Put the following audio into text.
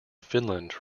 finland